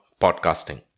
podcasting